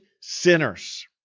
sinners